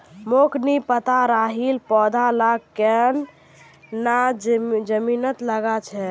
मोक नी पता राइर पौधा लाक केन न जमीनत लगा छेक